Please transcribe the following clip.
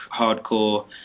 hardcore